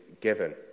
given